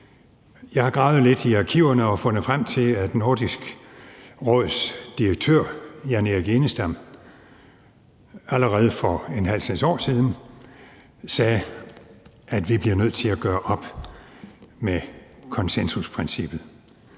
Jeg har gravet lidt i arkiverne og fundet frem til, at Nordisk Råds direktør, Jan-Erik Enestam, allerede for en halv snes år siden sagde, at vi bliver nødt til at gøre op med konsensusprincippet